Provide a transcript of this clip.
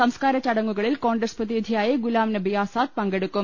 സംസ്കാര ചട ങ്ങുകളിൽ കോൺഗ്രസ് പ്രതിനിധിയായി ഗുലാംനബി ആസാദ് പങ്കെടുക്കും